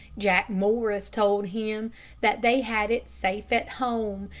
jack morris told him that they had it safe at home,